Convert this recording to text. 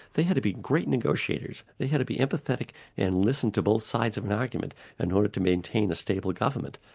they had to be great negotiators, they had to be empathetic and listen to both sides of an argument in order to maintain a stable government.